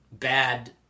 bad